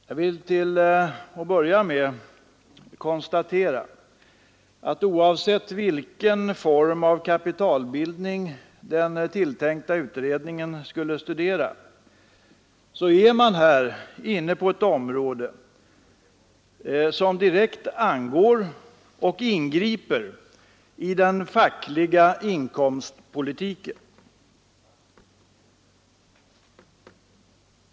Jag vill till att börja med konstatera att oavsett vilken form av kapitalbildning den tilltänkta utredningen skulle studera, så är man här inne på ett område som direkt angår och ingriper i den fackliga inkomstpolitiken.